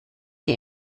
die